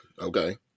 okay